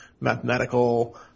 mathematical